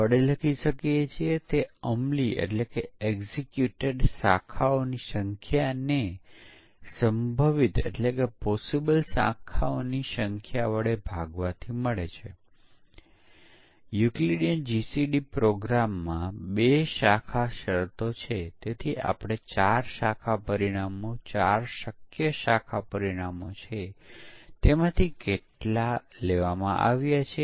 આપણે જાણીએ છીએ કે ઇનપુટ શું હશે તેને અનુરૂપ આઉટપુટ અને સિસ્ટમ આઉટપુટ શું છે આપણને સિસ્ટમ વિશે કોઈ જ જ્ઞાન નથી તેને બ્લેક બોક્સની જેમ દેખાય છે અને તેથી તેને ઇનપુટ આઉટપુટ સંચાલિત પરીક્ષણ અથવા ડેટા સંચાલિત પરીક્ષણ પણ કહેવામાં આવે છે